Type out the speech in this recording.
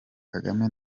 kagame